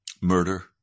Murder